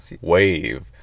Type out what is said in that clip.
wave